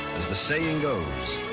as the saying goes,